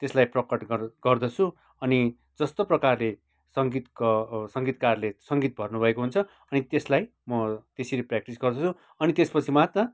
त्यसलाई प्रकट गर गर्दछु अनि जस्तो प्रकारले सङ्गीतको सङ्गीतकारले सङ्गीत भर्नुभएको हुन्छ अनि त्यसलाई मो त्यसरी प्र्याक्टिस गर्दछु अनि त्यसपछि मात्र